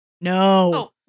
no